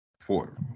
Four